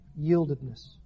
yieldedness